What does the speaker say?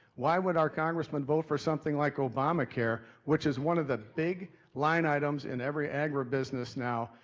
why would our congressman vote for something like obamacare, which is one of the big line items in every agribusiness now,